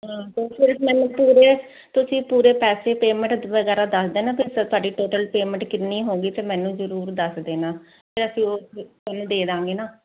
ਤੁਸੀਂ ਪੂਰੇ ਪੈਸੇ ਪੇਮੈਂਟ ਵਗੈਰਾ ਦੱਸ ਦੇਣਾ ਤੇ ਤੁਹਾਡੀ ਟੋਟਲ ਪੇਮੈਂਟ ਕਿੰਨੀ ਹੋਊਗੀ ਤੇ ਮੈਨੂੰ ਜਰੂਰ ਦੱਸ ਦੇਣਾ ਫਿਰ ਅਸੀਂ ਉਹ ਤੁਹਾਨੂੰ ਦੇ ਦਾਂਗੇ ਨਾ